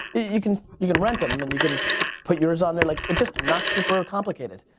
you can you can rent them and you can put yours on there. like, it's just not super complicated.